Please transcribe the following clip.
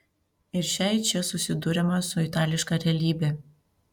ir šiai čia susiduriama su itališka realybe